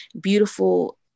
beautiful